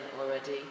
already